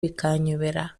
bikanyobera